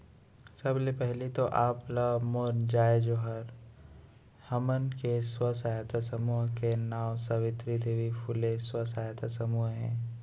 सबले पहिली तो आप ला मोर जय जोहार, हमन के स्व सहायता समूह के नांव सावित्री देवी फूले स्व सहायता समूह हे